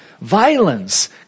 Violence